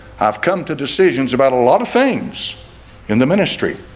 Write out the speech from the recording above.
i've come to decisions about a lot of things in the ministry.